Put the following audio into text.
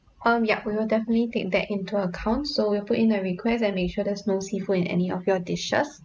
um yup we will definitely take that into account so we'll put in a request and make sure there's no seafood in any of your dishes